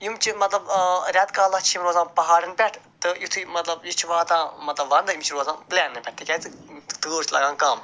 یِم چھِ مطلب رٮ۪تہٕ کالس چھِ یِم روزان پہاڑن پٮ۪ٹھ تہٕ یُتھٕے مطلب یہِ چھُ واتان مطلب ونٛدٕ یِم چھِ روزان پُلینَن تِکیٛازِ تۭر چھِ لگان کَم